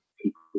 people